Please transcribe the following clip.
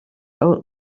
old